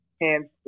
hands